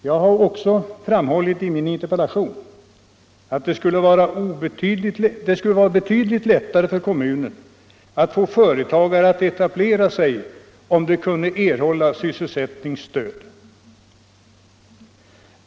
Jag har också framhållit i min interpellation att det skulle vara betydligt lättare för kommunerna att få företagare att etablera sig om de kunde erhålla sysselsättningsstöd.